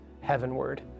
heavenward